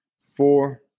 four